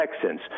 Texans